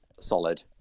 solid